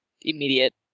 immediate